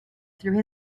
through